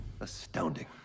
Astounding